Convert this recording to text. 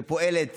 שפועלת